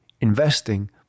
investing